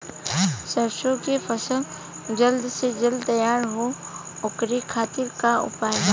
सरसो के फसल जल्द से जल्द तैयार हो ओकरे खातीर का उपाय बा?